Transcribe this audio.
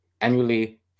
annually